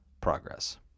progress